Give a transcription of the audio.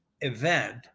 event